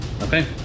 Okay